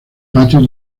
patio